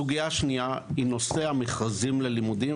סוגיה שנייה היא נושא המכרזים ללימודים.